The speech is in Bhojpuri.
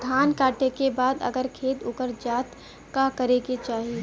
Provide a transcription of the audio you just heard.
धान कांटेके बाद अगर खेत उकर जात का करे के चाही?